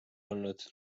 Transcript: olnud